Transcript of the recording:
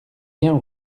rien